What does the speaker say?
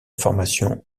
formation